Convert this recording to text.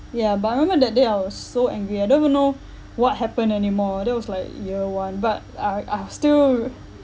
ya but I remember that day I was so angry I don't even know what happened anymore that was like year one but I I still